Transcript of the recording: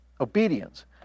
Obedience